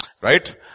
right